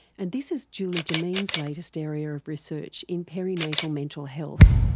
and this is julie jomeen's latest area of research in perinatal mental health.